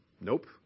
Nope